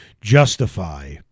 justify